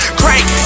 crank